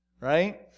right